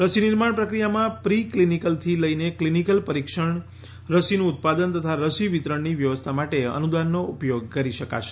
રસી નિર્માણ પ્રક્રિયામાં પ્રિ ક્લિનીકલથી લઈને ક્લિનીકલ પરિક્ષણ રસીનું ઉત્પાદન તથા રસી વિતરણની વ્યવસ્થા માટે અનુદાનનો ઉપયોગ કરી શકાશે